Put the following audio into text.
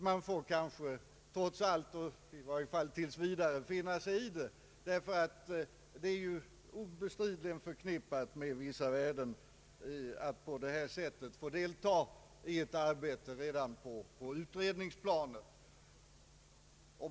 Men trots allt och i varje fall tills vidare får man väl finna sig i det, ty det är ju obestridligen förknippat med vissa värden att på detta sätt få delta i ett arbete redan på utredningsplanet.